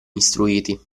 istruiti